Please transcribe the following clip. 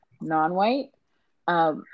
non-white